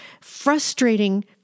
frustrating